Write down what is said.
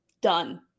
done